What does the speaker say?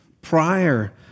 Prior